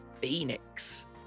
Phoenix